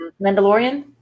Mandalorian